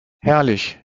herrlich